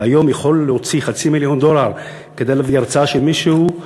והיום יכול להוציא חצי מיליון דולר כדי להביא הרצאה של מישהו.